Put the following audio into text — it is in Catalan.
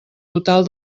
total